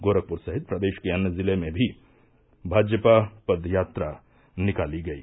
गोरखपुर सहित प्रदेश के अन्य जिले में भी भाजपा पद यात्रा निकाली गयी